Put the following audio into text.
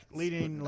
leading